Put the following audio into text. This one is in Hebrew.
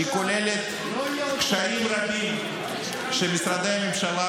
היא כוללת קשיים רבים שמשרדי הממשלה